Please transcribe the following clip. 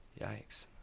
Yikes